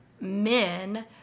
men